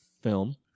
film